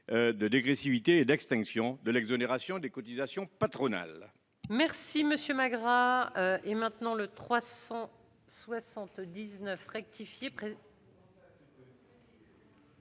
de dégressivité et d'extinction de l'exonération des cotisations patronales.